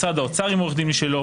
משרד האוצר עם עורך דין משלו,